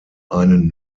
einen